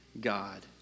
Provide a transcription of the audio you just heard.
God